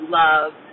love